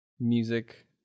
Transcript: music